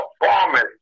performance